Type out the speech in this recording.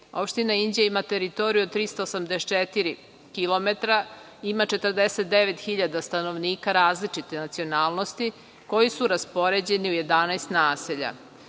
Opština Inđija ima teritoriju od 384 kilometra, ima 49.000 stanovnika različite nacionalnosti koji su raspoređeni u 11 naselja. Postoji